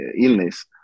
illness